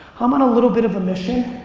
i'm on a little bit of a mission.